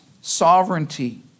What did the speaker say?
sovereignty